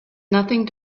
nothing